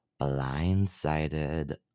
Blindsided